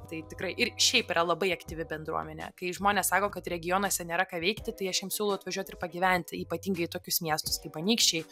tai tikrai ir šiaip yra labai aktyvi bendruomenė kai žmonės sako kad regionuose nėra ką veikti tai aš jiems siūlau atvažiuot ir pagyventi ypatingai į tokius miestus kaip anykščiai